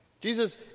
Jesus